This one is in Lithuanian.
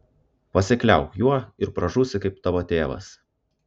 pasikliauk juo ir pražūsi kaip tavo tėvas